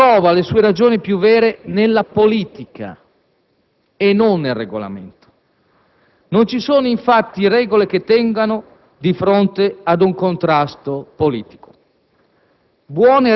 trova le sue ragioni più vere nella politica e non nel Regolamento, non ci sono infatti regole che tengano di fronte ad un contrasto politico.